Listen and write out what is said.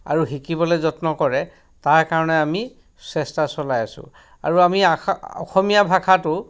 আৰু শিকিবলে যত্ন কৰে তাৰ কাৰণে আমি চেষ্টা চলাই আছোঁ আৰু আমি অসমীয়া ভাষাটো